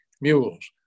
mules